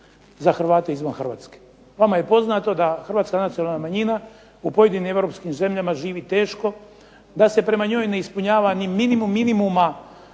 za Hrvate izvan Hrvatske. Vama je poznato da Hrvatska nacionalna manjina u pojedinim europskim zemljama živi teško, da se prema njoj ne ispunjava ni minimum minimuma